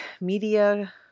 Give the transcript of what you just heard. Media